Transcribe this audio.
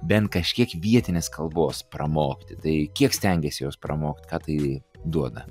bent kažkiek vietinės kalbos pramokti tai kiek stengėsi jos pramokt ką tai duoda